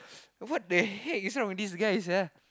what the heck is wrong with this guy sia